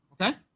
okay